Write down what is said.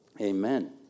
amen